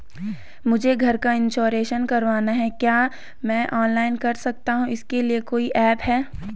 मुझे घर का इन्श्योरेंस करवाना है क्या मैं ऑनलाइन कर सकता हूँ इसके लिए कोई ऐप है?